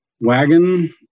wagon